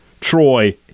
Troy